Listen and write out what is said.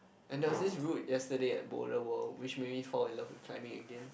and there was this route yesterday at boulder world which made me fall in love with climbing again